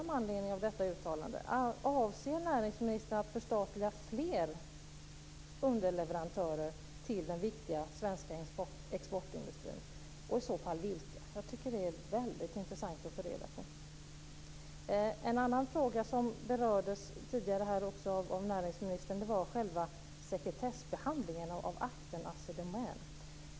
Med anledning av detta uttalande vill jag ställa en fråga: Avser näringsministern att förstatliga fler underleverantörer till den viktiga svenska exportindustrin, och i så fall vilka? Jag tycker att det är väldigt intressant att få reda på. En annan fråga som berördes tidigare här också av näringsministern var själva sekretessbehandlingen av akten Assi Domän.